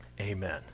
amen